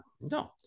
No